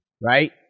right